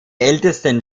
ältesten